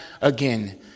again